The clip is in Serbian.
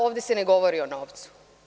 Ovde se ne govori o novcu.